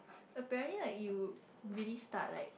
apparently like you really start like